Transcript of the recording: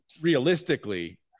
realistically